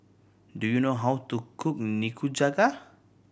do you know how to cook Nikujaga